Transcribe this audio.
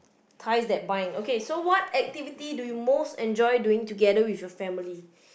ties that bind okay so what activity do you most enjoy doing together with your family